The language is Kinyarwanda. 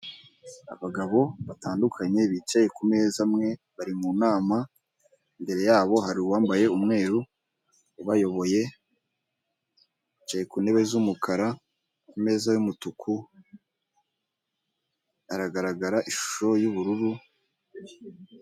Abagabo batandukanye bicaye ku meza amwe bari mu nama, imbere yabo hari uwambaye umweru ubayoboye, bicaye ku ntebe z'umukara, ku meza y'umutuku haragaragara ishusho y'ubururu.